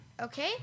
Okay